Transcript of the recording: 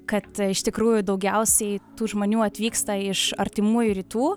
kad iš tikrųjų daugiausiai tų žmonių atvyksta iš artimųjų rytų